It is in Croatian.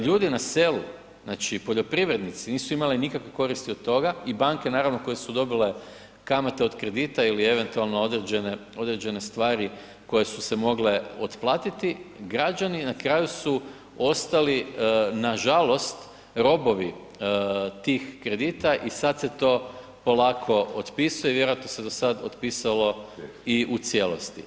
Ljudi na selu, znači poljoprivrednici nisu imali nikakve koristi od toga i banke koje su dobile kamate od kredita ili eventualno određene stvari koje su se mogle otplatiti, građani su na kraju ostali robovi tih kredita i sada se to polako otpisuje i vjerojatno se do sada otpisalo i u cijelosti.